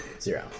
Zero